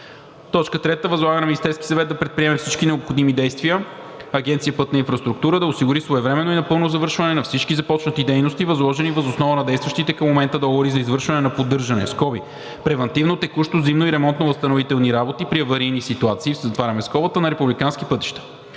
2022 г. 3. Възлага на Министерския съвет да предприеме всички необходими действия Агенция „Пътна инфраструктура“ да осигури своевременно и напълно завършване на всички започнати дейности, възложени въз основа на действащите към момента договори за извършване на поддържане (превантивно, текущо, зимно и ремонтно-възстановителни работи при аварийни ситуации) на републикански пътища.